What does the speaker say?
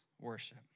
worship